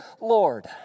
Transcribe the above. Lord